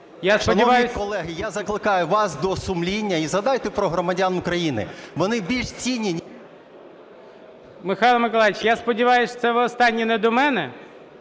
Шановні колеги, я закликаю вас до сумління. І згадайте про громадян України, вони більш цінні… ГОЛОВУЮЧИЙ. Михайло Миколайович, я сподіваюсь, це ви останнє не до мене,